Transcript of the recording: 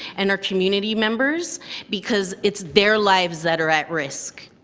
and our community members because it's their lives that are at risk.